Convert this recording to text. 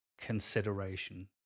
consideration